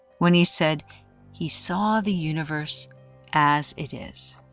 when he said he saw the universe as it is.